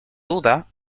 duda